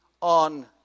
on